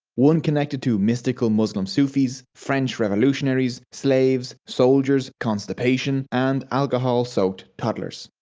one connected to mystical muslim sufi's, french revolutionaries, slaves, soldiers, constipation and alcohol soaked toddlers.